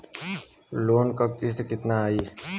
Loan क किस्त कितना आई?